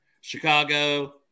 Chicago